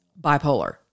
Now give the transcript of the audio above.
bipolar